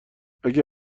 اگه